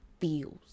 feels